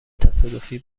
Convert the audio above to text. تصادفی